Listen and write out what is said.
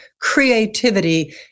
creativity